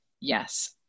Yes